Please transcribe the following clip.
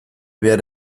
behar